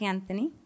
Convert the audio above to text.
Anthony